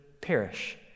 perish